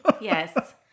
Yes